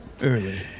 early